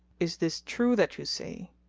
is this true that you say?